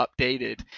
updated